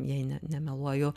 jei ne nemeluoju